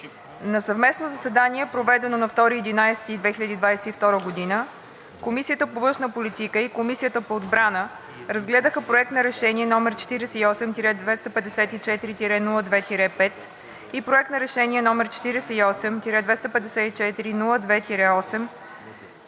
„На съвместно заседание, проведено на 2 ноември 2022 г., Комисията по външна политика и Комисията по отбрана разгледаха Проект на решение № 48-254-02-5 и Проект на решение № 48-254-02-8.